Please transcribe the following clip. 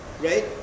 right